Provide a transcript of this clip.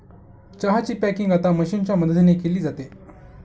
चहा ची पॅकिंग आता मशीनच्या मदतीने केली जाते